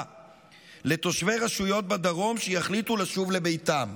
לתושבי רשויות בדרום שיחליטו לשוב לביתם,